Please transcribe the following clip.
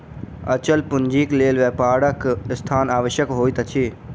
अचल पूंजीक लेल व्यापारक स्थान आवश्यक होइत अछि